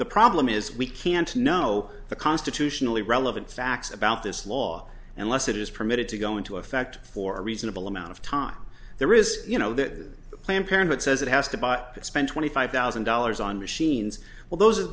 the problem is we can't know the constitutionally relevant facts about this law unless it is permitted to go into effect for a reasonable amount of time there is you know that planned parenthood says it has to spend twenty five thousand dollars on machines well those are